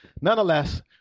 Nonetheless